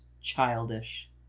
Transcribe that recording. childish